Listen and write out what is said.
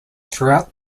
throughout